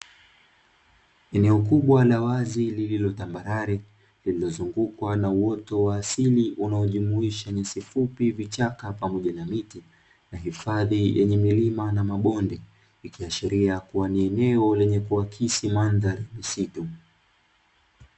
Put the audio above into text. Eneo kubwa la wazi lililo tambarare tambalare, lililozungukwa na uoto wa asili unaojumuisha nyasi fupi, vichaka pamoja na hifadhi yenye milima na mabonde, ikiashiria kuwa ni eneo lenye kuakisi mandhari misitu.